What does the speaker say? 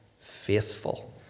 Faithful